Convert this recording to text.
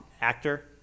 actor